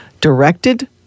directed